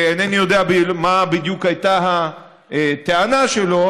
אינני יודע מה בדיוק הייתה הטענה שלו,